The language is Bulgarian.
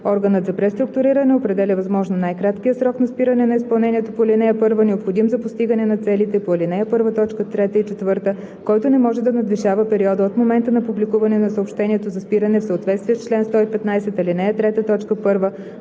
Органът за преструктуриране определя възможно най-краткия срок на спиране на изпълнението по ал. 1, необходим за постигане на целите по ал. 1, т. 3 и 4, който не може да надвишава периода от момента на публикуване на съобщението за спиране в съответствие с чл. 115, ал. 3,